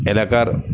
এলাকার